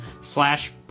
slash